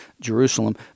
Jerusalem